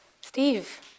Steve